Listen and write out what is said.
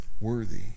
worthy